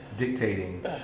Dictating